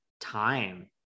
time